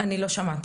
אני לא שמעתי.